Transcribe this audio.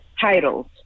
titles